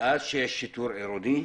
מאז שיש שיטור עירוני,